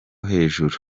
hejuru